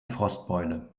frostbeule